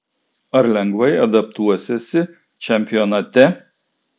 ar lengvai adaptuosiesi čempionate